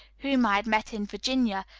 whom i had met in virginia,